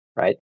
right